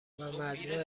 مجموع